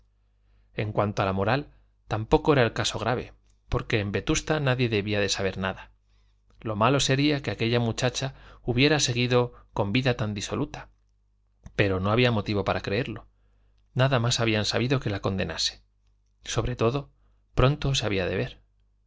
en cuanto a la moral tampoco era el caso grave porque en vetusta nadie debía de saber nada lo malo sería que aquella muchacha hubiera seguido con vida tan disoluta pero no había motivo para creerlo nada más habían sabido que la condenase sobre todo pronto se había de ver